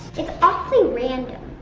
it's awfully random.